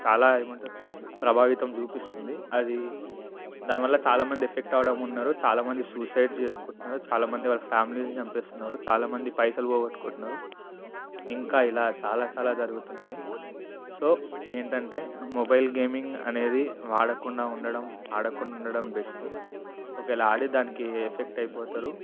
చాలా ఏమంటారు ప్రభావితం చూపిస్తుంది అది దాని వల్ల చాలా మంది ఎఫెక్ట్ అవడం ఉన్నారు చాలా మంది సూసైడ్ చేసుకుంటున్నారు చాలా మంది ఫ్యామిలీస్ని చంపేస్తున్నారు చాలా మంది పైసలు పోగొట్టుకుంటున్నారు ఇంకా ఇలా చాలా చాలా జరుగుతున్నాయి సో ఏంటంటే మొబైల్ గేమింగ్ అనేది వాడకుండా ఉండడం ఆడకుండా ఉండడం బెస్ట్ ఒకవేళ ఆడి దానికి ఎఫెక్ట్ అయిపోతారు